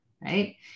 right